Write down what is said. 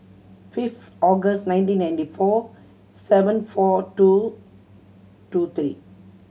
fifth August nineteen ninety four seven four two two three